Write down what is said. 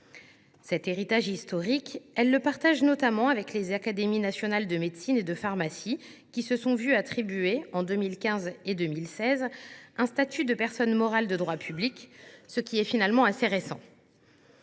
Cet héritage historique, elle le partage notamment avec les académies nationales de médecine et de pharmacie, qui se sont vu attribuer, en 2015 et en 2016, un statut de personne morale de droit public, ce qui est finalement assez récent.